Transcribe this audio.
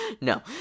no